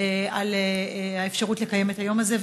על האפשרות לקיים את היום הזה.